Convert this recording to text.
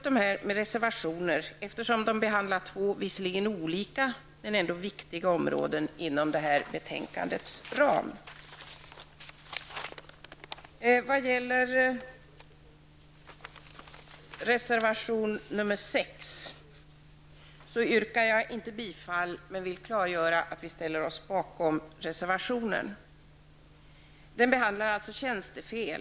Dessa motioner behandlar två olika men var för sig viktiga områden inom betänkandets ram. Jag yrkar inte bifall till reservation nr 6, men jag vill klargöra att vi ställer oss bakom reservationen, som behandlar frågan om tjänstefel.